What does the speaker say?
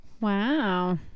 Wow